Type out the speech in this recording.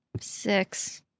Six